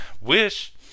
wish